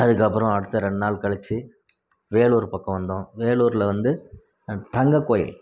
அதுக்கப்புறம் அடுத்த ரெண்டு நாள் கழிச்சு வேலூர் பக்கம் வந்தோம் வேலூரில் வந்து தங்க கோயில்